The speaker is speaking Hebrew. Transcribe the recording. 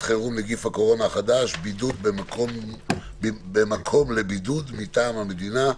חירום (נגיף הקורונה החדש) (בידוד במקום לבידוד מטעם המדינה),